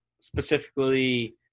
specifically